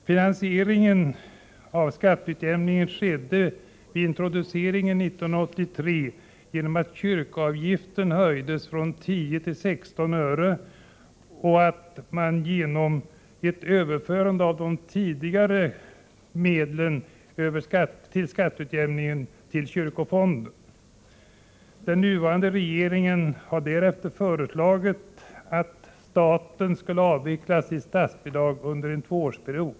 Finansieringen av skatteutjämningen skedde vid introduceringen 1983 genom att kyrkoavgiften höjdes från 10 till 16 öre och genom att de tidigare medlen till skatteutjämningen överfördes till kyrkofonden. Den nuvarande regeringen har därefter föreslagit att statens bidrag skall avvecklas under en tvåårsperiod.